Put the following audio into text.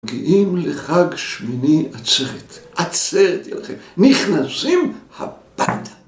מגיעים לחג שמיני עצרת, עצרת תהיה לכם, נכנסים הביתה!